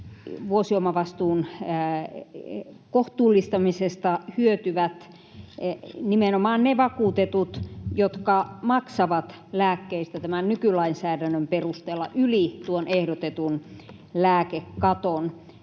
vuosiomavastuun kohtuullistamisesta hyötyvät nimenomaan ne vakuutetut, jotka maksavat lääkkeistä tämän nykylainsäädännön perusteella yli tuon ehdotetun lääkekaton,